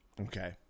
Okay